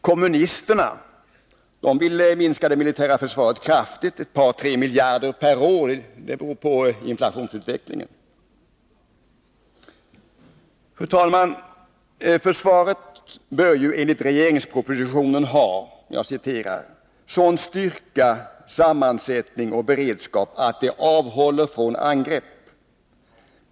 Kommunisterna vill minska det militära försvaret kraftigt, med ett par tre miljarder per år — beroende av inflationsutvecklingen. Fru talman! Försvaret bör ju enligt regeringspropositionen ha ”sådan styrka, sammansättning och beredskap att det avhåller från angrepp eller hot om angrepp.